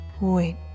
Wait